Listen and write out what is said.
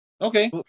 Okay